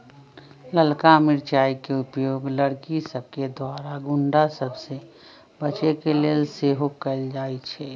ललका मिरचाइ के प्रयोग लड़कि सभके द्वारा गुण्डा सभ से बचे के लेल सेहो कएल जाइ छइ